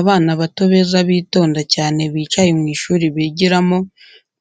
Abana bato beza bitonda cyane bicaye mu ishuri bigiramo,